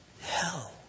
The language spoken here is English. hell